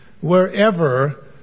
wherever